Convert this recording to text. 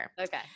Okay